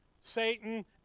Satan